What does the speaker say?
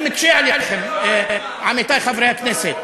אני מקשה עליכם, עמיתי חברי הכנסת.